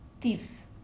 thieves